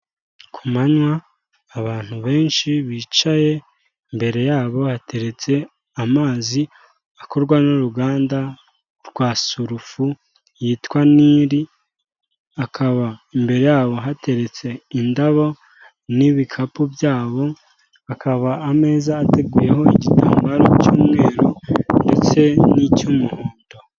Ku manywa abantu benshi bicaye imbere yabo hateretse amazi akorwa n'uruganda rwa surufu yitwa Nili, akaba imbere yabo hateretse indabo n'ibikapu byabo, akaba ameza ateguyeho igitambaro cy'umweru ndetse n'icy'umuhondo.